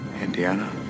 Indiana